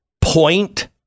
point